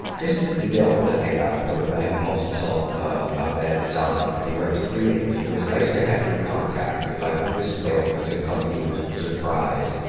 this is an email that i got from a guy who calls himself, ah ahmed zama sp, and he writes, greetings. it was nice to have your contact, and i hope this mail doesn't come to you as a surprise.